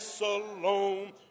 alone